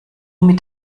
mit